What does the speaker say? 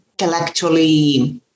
intellectually